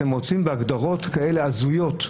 אתם רוצים להכניס להצעת חוק הגדרות כאלה הזויות,